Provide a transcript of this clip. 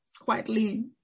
quietly